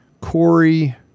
Corey